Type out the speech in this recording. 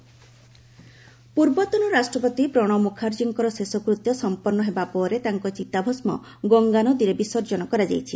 ପ୍ରଣବ ମୁଖାର୍ଜୀ ପୂର୍ବତନ ରାଷ୍ଟ୍ରପତି ପ୍ରଣବ ମୁଖାର୍ଜୀଙ୍କ ଶେଷକୃତ୍ୟ ସମ୍ପନ୍ନ ହେବା ପରେ ତାଙ୍କ ଚିତାଭସ୍କ ଗଙ୍ଗାନଦୀରେ ବିସର୍ଜନ କରାଯାଇଛି